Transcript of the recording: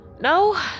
No